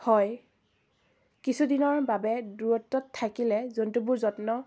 হয় কিছুদিনৰ বাবে দূৰত্বত থাকিলে জন্তুবোৰ যত্ন